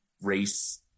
race